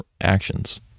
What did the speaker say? actions